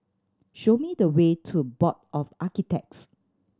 show me the way to Board of Architects